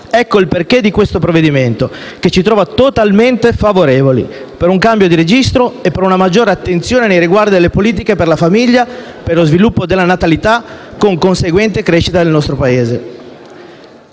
Ecco il perché di questo provvedimento, che ci trova totalmente favorevoli, per un cambio di registro e per una maggiore attenzione nei riguardi delle politiche per la famiglia e per lo sviluppo della natalità, con conseguente crescita del nostro Paese.